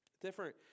different